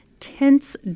Tense